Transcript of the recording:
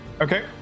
Okay